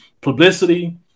publicity